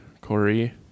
Corey